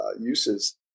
uses